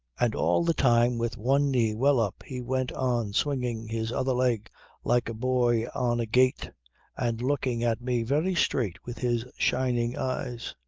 and all the time with one knee well up he went on swinging his other leg like a boy on a gate and looking at me very straight with his shining eyes.